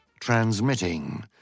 transmitting